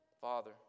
Father